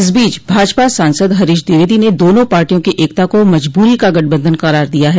इस बीच भाजपा सांसद हरीश द्विवेदी ने दोनों पार्टियों की एकता को मजबूरी का गठबंधन करार दिया है